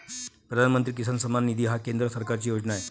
प्रधानमंत्री किसान सन्मान निधी ही केंद्र सरकारची योजना आहे